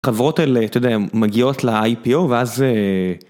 חברות אלה אתם יודעים מגיעות לipo ואז...